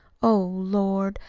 oh, lord,